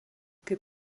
kaip